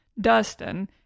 Dustin